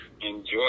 enjoy